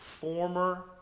Former